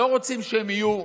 לא רוצים שהם יהיו,